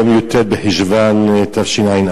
בעקבות הפרסומים ביום י"ט בחשוון התשע"א,